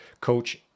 Coach